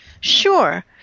Sure